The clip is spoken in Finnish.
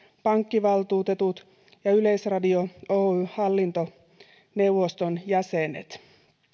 pankkivaltuutetut ja yleisradio oyn hallintoneuvoston jäsenet